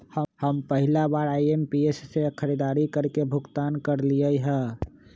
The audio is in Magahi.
हम पहिला बार आई.एम.पी.एस से खरीदारी करके भुगतान करलिअई ह